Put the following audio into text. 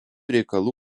reikalų